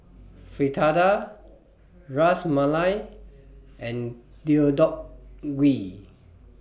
Fritada Ras Malai and Deodeok Gui